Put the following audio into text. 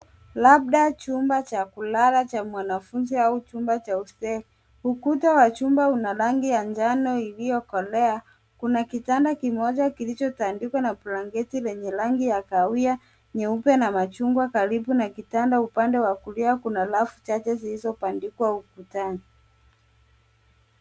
Labda chumba cha kulala cha mwanafunzi au chumba cha hosteli. Ukuta wa chumba una rangi ya njano iliyokolea. Kuna kitanda kimoja kilichotandikwa na blanketi lenye rangi ya kahawia, nyeupe na machungwa karibu na kitanda. Upande wa kulia kuna rafu chache zilizobandikwa ukutani.